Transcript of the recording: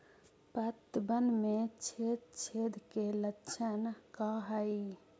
पतबन में छेद छेद के लक्षण का हइ?